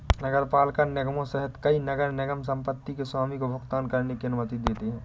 नगरपालिका निगमों सहित कई नगर निगम संपत्ति के स्वामी को भुगतान करने की अनुमति देते हैं